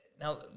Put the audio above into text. Now